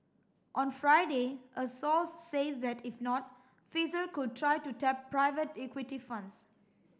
on Friday a source said that if not Pfizer could try to tap private equity funds